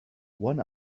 one